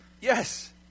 Yes